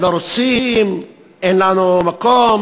לא רוצים, אין לנו מקום,